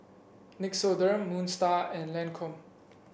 Nixoderm Moon Star and Lancome